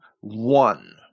one